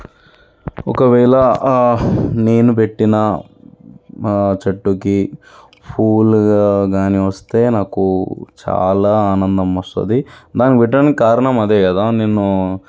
ఒకవేళ నేను పెట్టిన మా చెట్టుకి పూలు కాని వస్తే నాకు చాలా ఆనందం వస్తుంది దానికి పెట్టడానికి కారణం అదే కదా నేను